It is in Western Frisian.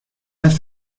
net